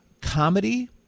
comedy